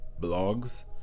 blogs